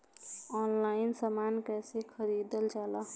Online समान कैसे खरीदल जाला?